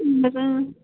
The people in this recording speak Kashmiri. اَہَن حظ